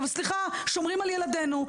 אבל מסגרות החינוך שומרים על ילדינו.